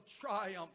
triumph